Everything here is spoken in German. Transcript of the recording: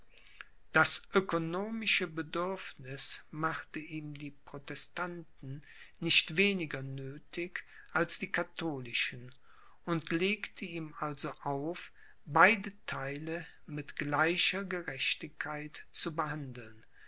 das ökonomische bedürfniß machte ihm die protestanten nicht weniger nöthig als die katholischen und legte ihm also auf beide theile mit gleicher gerechtigkeit zu behandeln